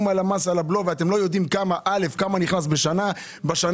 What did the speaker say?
על המס על הבלו ואתם לא יודעים כמה נכנס בשנה האחרונה,